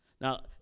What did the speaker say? now